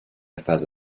فضا